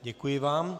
Děkuji vám.